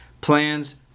Plans